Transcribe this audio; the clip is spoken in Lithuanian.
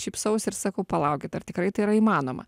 šypsausi ir sakau palaukit ar tikrai tai yra įmanoma